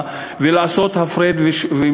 על מנת לסכסך שם ולעשות הפרד ומשול,